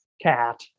cat